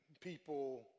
people